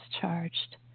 charged